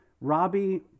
robbie